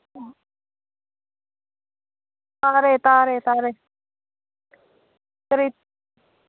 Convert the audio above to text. ꯇꯥꯔꯦ ꯇꯥꯔꯦ ꯇꯥꯔꯦ ꯀꯔꯤ